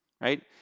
right